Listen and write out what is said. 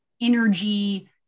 energy